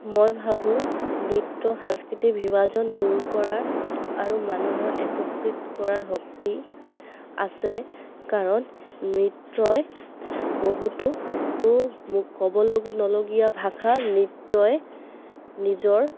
মই ভাবোঁ নৃত্য সাংস্কৃতিক বিভাজন দূৰ কৰাৰ আৰু মানুহৰ একত্ৰিত কৰাৰ শক্তি আছে কাৰণ নৃত্যই বহুতো ও ক'ব নলগীয়া ভাষা নৃত্যই নিজৰ